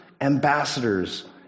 ambassadors